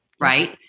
right